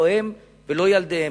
לא להם ולא לילדיהם.